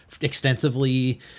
extensively